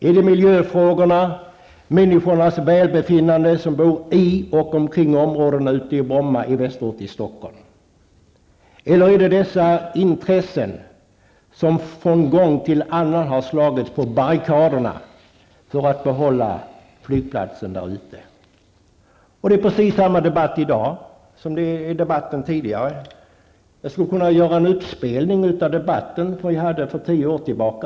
Är det miljöfrågorna, välbefinnandet för de människor som bor i och omkring Bromma i västerort i Stockholm, eller är det de intressen som från gång till annan har slagits på barrikaderna för att behålla flygplatsen i Bromma? Det är precis samma debatt i dag som tidigare. Jag skulle kunna göra en uppspelning av den debatt vi förde för tio år sedan.